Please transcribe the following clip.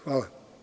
Hvala.